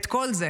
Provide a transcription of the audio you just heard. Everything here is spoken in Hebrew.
את כל זה